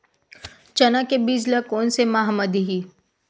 चना के बीज ल कोन से माह म दीही?